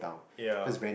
ya